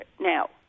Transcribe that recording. Now